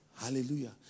Hallelujah